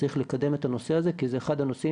צריך לקדם את הנושא הזה כי זה אחד הנושאים